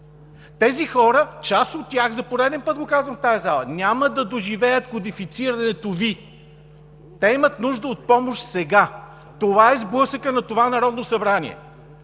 тези хора, за пореден път го казвам в тази зала, няма да доживеят кодифицирането Ви. Те имат нужда от помощ сега. Това е сблъсъкът на това Народно събрание,